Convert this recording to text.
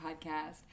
podcast